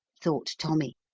thought tommy,